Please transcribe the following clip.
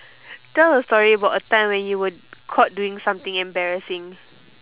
tell a story about a time you were caught doing something embarrassing